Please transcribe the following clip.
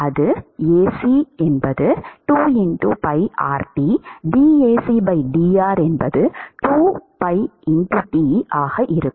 அது Ac2pirt dAc dr2pit ஆக இருக்கும்